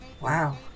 Wow